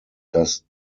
dass